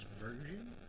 version